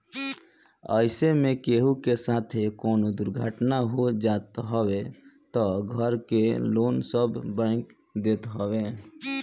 अइसे में केहू के साथे कवनो दुर्घटना हो जात हवे तअ घर के लोन सब बैंक देत हवे